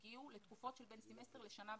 שהגיעו לתקופות של בין סמסטר לשנה בישראל.